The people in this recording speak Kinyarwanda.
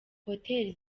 hotel